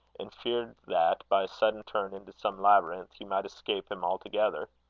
and feared that, by a sudden turn into some labyrinth, he might escape him altogether.